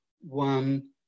one